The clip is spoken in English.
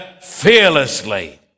fearlessly